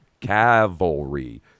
Cavalry